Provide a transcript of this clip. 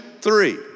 three